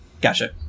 Gotcha